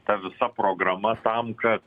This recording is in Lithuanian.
ta visa programa tam ka